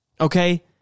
Okay